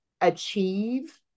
achieve